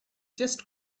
just